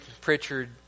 Pritchard